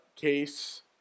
case